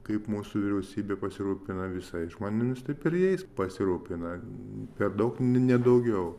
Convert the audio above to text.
kaip mūsų vyriausybė pasirūpina visais žmonėmis taip ir jais pasirūpina per daug nedaugiau